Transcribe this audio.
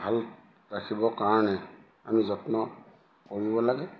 ভাল ৰাখিবৰ কাৰণে আমি যত্ন কৰিব লাগে